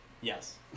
Yes